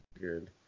Good